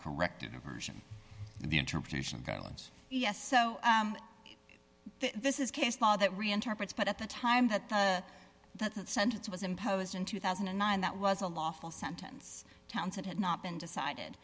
corrected version the interpretation guidelines yes so this is case law that reinterprets but at the time that the that the sentence was imposed in two thousand and nine that was a lawful sentence towns that had not been decided